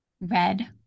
Red